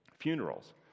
funerals